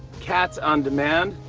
cats on demand,